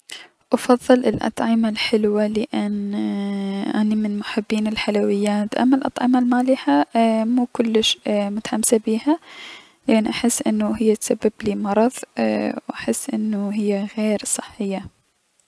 افضل الأطعمة الحلوة لأن اني من محبين الحلويات اما الأطعمة المالحة مو كلش متحمسة بيها لأن احس انو هي تسببلي مرض و احس انو هي غير صحية.